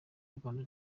rwanda